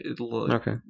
okay